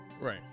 Right